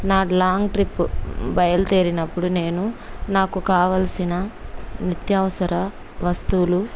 నా long trip బయలుదేరినప్పుడు నేను నాకు కావాల్సిన నిత్యవసర వస్తువులు